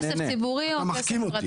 כסף ציבורי או כסף פרטי.